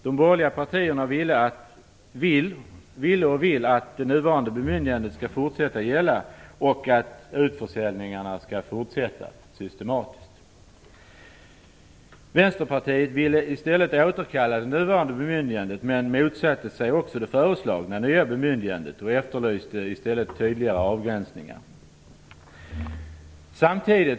De borgerliga partierna ville och vill att det nuvarande bemyndigandet skall fortsätta att gälla och att utförsäljningarna även fortsättningsvis systematiskt skall genomföras. Vänsterpartiet ville i stället återkalla det nuvarande bemyndigandet men motsatte sig också det föreslagna nya bemyndigandet. I stället efterlyste man tydligare avgränsningar.